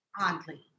Oddly